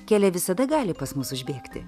kelė visada gali pas mus užbėgti